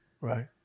Right